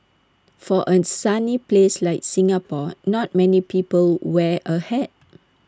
for A sunny place like Singapore not many people wear A hat